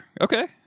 Okay